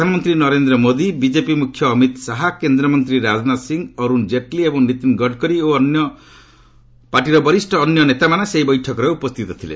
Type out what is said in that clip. ପ୍ରଧାନମନ୍ତ୍ରୀ ନରେନ୍ଦ୍ର ମୋଦି ବିଜେପି ମୁଖ୍ୟ ଅମିତ ଶାହା କେନ୍ଦ୍ରମନ୍ତ୍ରୀ ରାଜନାଥ ସିଂହ ଅରୁଣ ଜେଟଲୀ ଏବଂ ନୀତିନ୍ ଗଡ଼କରୀ ଓ ପାର୍ଟିର ଅନ୍ୟ ବରିଷ ନେତାମାନେ ସେହି ବୈଠକରେ ଉପସ୍ଥିତ ଥିଲେ